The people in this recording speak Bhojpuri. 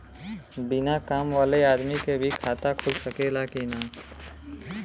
बिना काम वाले आदमी के भी खाता खुल सकेला की ना?